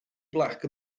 black